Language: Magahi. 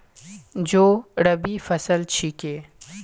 जौ रबी फसल छिके